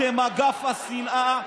אתם אגף השנאה,